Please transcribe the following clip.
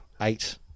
eight